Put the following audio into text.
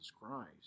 Christ